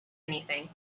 anything